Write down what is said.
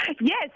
Yes